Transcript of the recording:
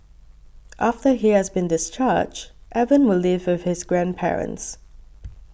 after he has been discharged Evan will live with his grandparents